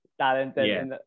talented